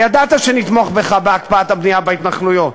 וידעת שנתמוך בך בהקפאת הבנייה בהתנחלויות.